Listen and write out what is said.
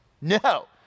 No